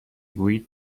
گویید